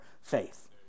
faith